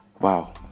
Wow